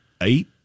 eight